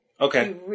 Okay